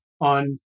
on